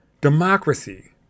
democracy